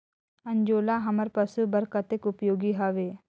अंजोला हमर पशु बर कतेक उपयोगी हवे?